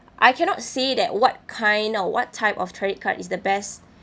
I cannot see that what kind or what type of credit card is the best